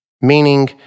meaning